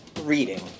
reading